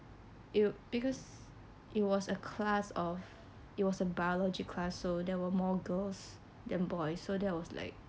it because it was a class of it was a biology class so there were more girls than boys so that was like